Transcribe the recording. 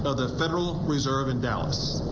ah the federal reserve in dallas.